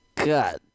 God